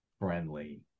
friendly